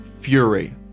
fury